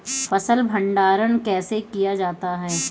फ़सल भंडारण कैसे किया जाता है?